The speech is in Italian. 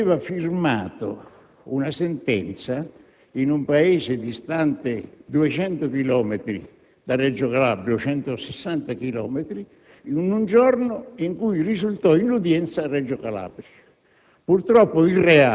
aveva firmato una sentenza in un paese distante 260 chilometri da Reggio Calabria, in un giorno in cui risultò in udienza a Reggio Calabria.